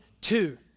two